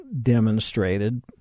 demonstrated